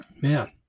man